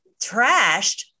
trashed